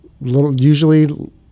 usually